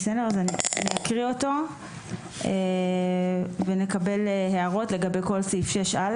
אני אקריא אותו ונקבל הערות לגבי כל סעיף 6א,